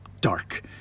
dark